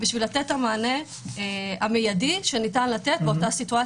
כדי לתת את המענה המיידי שניתן לתת באותו מצד.